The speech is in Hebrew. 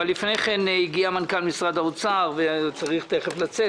אבל לפני כן, הגיע מנכ"ל משרד האוצר, שצריך לצאת.